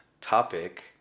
topic